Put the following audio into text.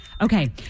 Okay